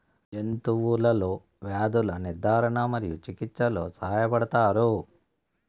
జంతువులలో వ్యాధుల నిర్ధారణ మరియు చికిత్చలో సహాయపడుతారు